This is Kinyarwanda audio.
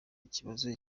ikibazo